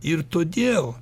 ir todėl